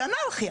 הם אנרכיה.